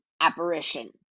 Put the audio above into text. apparition